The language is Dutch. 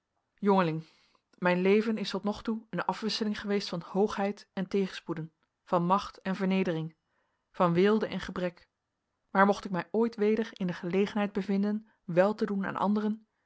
jongeling mijn leven ia tot nog toe een afwisseling geweest van hoogheid en tegenspoeden van macht en vernedering van weelde en gebrek maar mocht ik mij ooit weder in de gelegenheid bevinden wèl te doen aan anderen